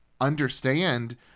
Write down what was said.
understand